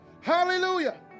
Hallelujah